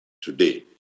today